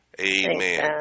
Amen